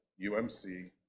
UMC